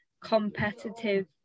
competitive